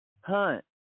hunt